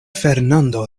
fernando